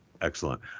excellent